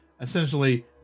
essentially